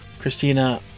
Christina